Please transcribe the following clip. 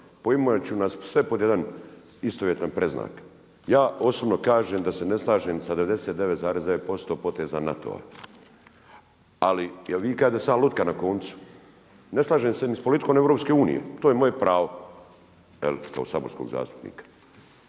poimajući nas sve pod jedan istovjetan predznak. Ja osobno kažem da se ne slažem sa 99,9% poteza NATO-a, ali jel vi kažete da sam ja lutka na koncu? Ne slažem se ni s politikom EU, to je moje pravo kao saborskog zastupnika.